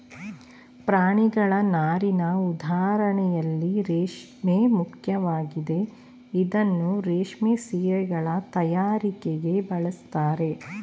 ಪ್ರಾಣಿಗಳ ನಾರಿನ ಉದಾಹರಣೆಯಲ್ಲಿ ರೇಷ್ಮೆ ಮುಖ್ಯವಾಗಿದೆ ಇದನ್ನೂ ರೇಷ್ಮೆ ಸೀರೆಗಳ ತಯಾರಿಕೆಗೆ ಬಳಸ್ತಾರೆ